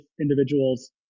individuals